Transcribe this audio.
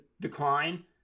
decline